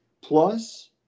plus